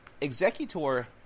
Executor